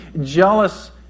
jealous